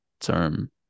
term